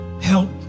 help